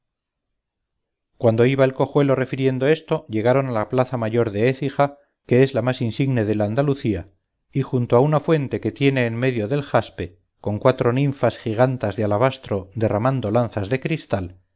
cuando iba el cojuelo refiriendo esto llegaron a la plaza mayor de ecija que es la más insigne del andalucía y junto a una fuente que tiene en medio del jaspe con cuatro ninfas gigantas de alabastro derramando lanzas de cristal